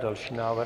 Další návrh.